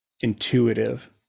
intuitive